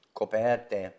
coperte